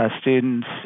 students